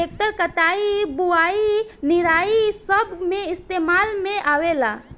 tractor कटाई, बुवाई, निराई सब मे इस्तेमाल में आवेला